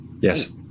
Yes